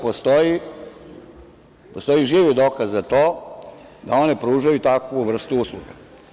Postoji živi dokaz za to da one pružaju takvu vrstu usluga.